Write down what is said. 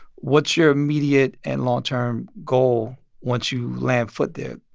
what's your immediate and long-term goal once you land foot there?